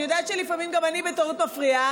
אני יודעת שלפעמים גם אני בטעות מפריעה,